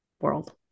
World